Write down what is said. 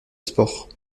sport